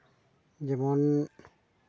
ᱡᱮᱢᱚᱱ